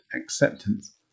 acceptance